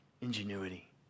ingenuity